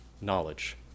knowledge